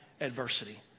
adversity